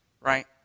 Right